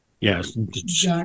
Yes